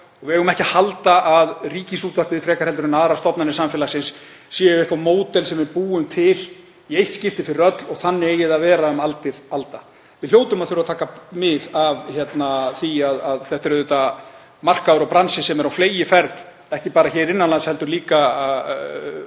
og við eigum ekki að halda að Ríkisútvarpið, frekar en aðrar stofnanir samfélagsins, sé eitthvert módel sem við búum til í eitt skipti fyrir öll og að þannig eigi það að vera um aldir alda. Við hljótum að þurfa að taka mið af því að þetta er auðvitað markaður og bransi sem er á fleygiferð, ekki bara hér innan lands heldur úti um